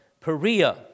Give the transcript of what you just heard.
Perea